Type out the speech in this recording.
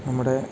നമ്മുടെ